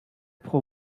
pro